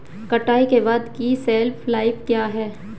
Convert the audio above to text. कटाई के बाद की शेल्फ लाइफ क्या है?